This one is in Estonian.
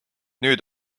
nüüd